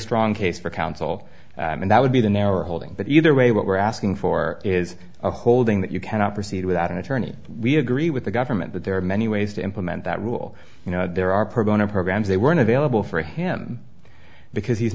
strong case for counsel and that would be the narrower holding but either way what we're asking for is a holding that you cannot proceed without an attorney we agree with the government but there are many ways to implement that rule you know there are pro bono programs they weren't available for him because he's